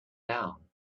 down